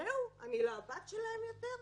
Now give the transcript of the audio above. זהו, אני לא הבת שלהם יותר?